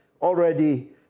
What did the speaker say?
already